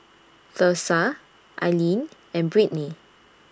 Thursa Ilene and Britni